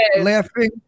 laughing